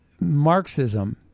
Marxism